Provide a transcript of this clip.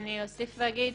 אני אוסיף ואגיד,